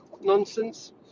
nonsense